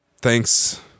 thanks